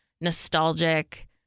nostalgic